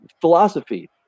philosophy